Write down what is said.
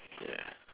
yeah